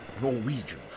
Norwegian